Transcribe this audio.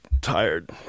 tired